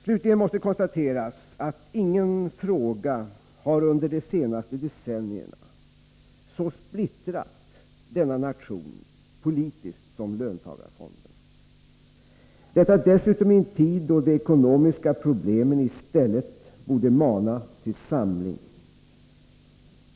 Slutligen måste konstateras att ingen fråga under de senaste decennierna så splittrat denna nation politiskt som löntagarfonderna — och detta dessutom i en tid då de ekonomiska problemen i stället borde mana till samling.